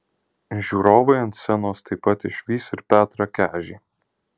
žiūrovai ant scenos taip pat išvys ir petrą kežį